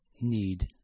need